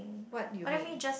what you mean